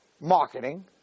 Marketing